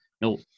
No